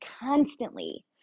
constantly